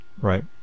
right